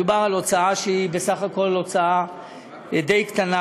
מדובר בהוצאה שהיא בסך הכול הוצאה די קטנה,